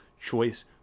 choice